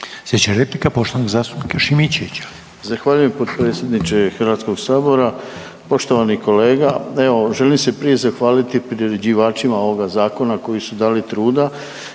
Slijedeća replika poštovanog zastupnika Pavića.